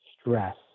stress